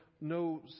no